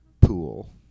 pool